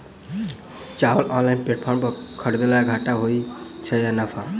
चावल online platform पर खरीदलासे घाटा होइ छै या नफा?